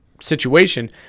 situation